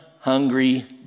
hungry